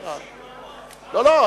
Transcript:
לא.